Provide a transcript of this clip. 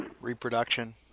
Reproduction